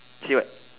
say what